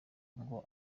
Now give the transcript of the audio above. ngo